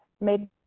made